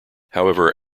however